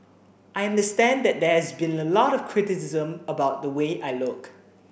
i understand that there's been a lot of criticism about the way I look